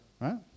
right